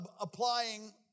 applying